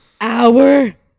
hour